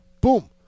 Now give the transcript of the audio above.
boom